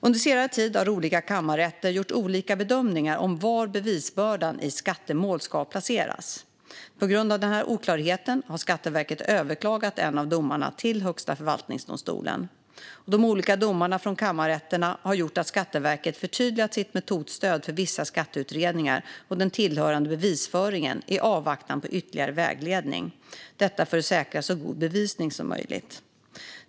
Under senare tid har olika kammarrätter gjort olika bedömningar om var bevisbördan i skattemål ska placeras. På grund av denna oklarhet har Skatteverket överklagat en av domarna till Högsta förvaltningsdomstolen. De olika domarna från kammarrätterna har gjort att Skatteverket förtydligat sitt metodstöd för vissa skatteutredningar och den tillhörande bevisföringen i avvaktan på ytterligare vägledning. Detta för att säkra så god bevisning som möjligt.